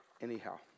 anyhow